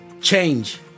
Change